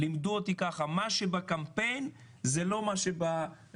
לימדו אותי שמה שבקמפיין זה לא מה שבכנסת.